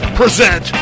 present